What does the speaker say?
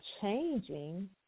changing